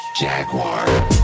Jaguar